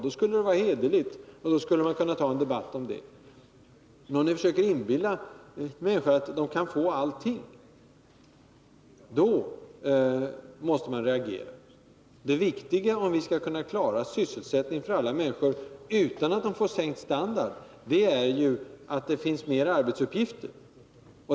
Det skulle vara hederligt, och då skulle man kunna ta en debatt om det. Men när ni försöker inbilla människorna att de kan få allting, måste man reagera. Det viktiga, om vi skall kunna klara sysselsättningen för alla människor utan att de får sänkt standard, är ju att det finns mer arbetsuppgifter.